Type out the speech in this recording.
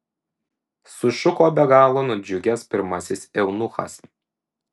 sušuko be galo nudžiugęs pirmasis eunuchas